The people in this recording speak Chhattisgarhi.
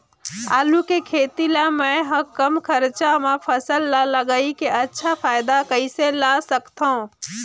आलू के खेती ला मै ह कम खरचा मा फसल ला लगई के अच्छा फायदा कइसे ला सकथव?